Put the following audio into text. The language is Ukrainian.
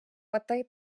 потий